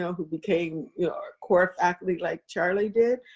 so who became yeah core-faculty like charlie did,